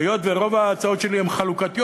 היות שרוב ההצעות שלי הן חלוקתיות,